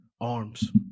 Arms